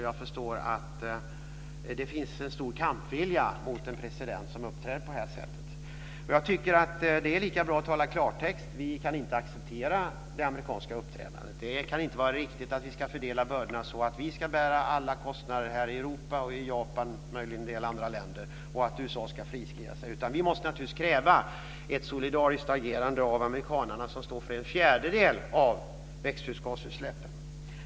Jag förstår att det finns en stor kampvilja mot en president som uppträder på det sättet. Det är lika bra att tala klartext. Vi kan inte acceptera det amerikanska uppträdandet. Det kan inte vara riktigt att vi ska fördela bördorna så att vi ska bära alla kostnader här i Europa och i Japan, och möjligen i en del andra länder, och att USA ska friskriva sig. Vi måste naturligtvis kräva ett solidariskt agerande av amerikanerna som står för en fjärdedel av växthusgasutsläppen.